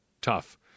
tough